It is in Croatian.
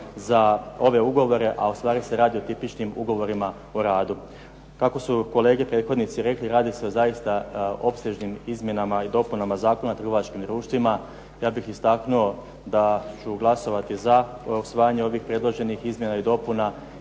za ove ugovore, a ustvari se radi o tipičnim ugovorima o radu. Kako su kolege prethodnici rekli, radi se o zaista opsežnim izmjenama i dopunama Zakona o trgovačkim društvima. Ja bih istaknuo da ću glasovati za usvajanje ovih predloženih izmjena i dopuna